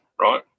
right